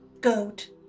goat